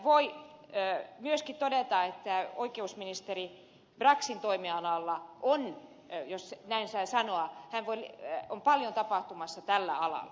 voi myöskin todeta että oikeusministeri braxin toimialalla on jos näin saa sanoa paljon tapahtumassa tällä alalla